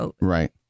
Right